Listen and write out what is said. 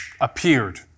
appeared